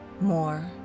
more